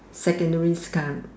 secondary's time